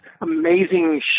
amazing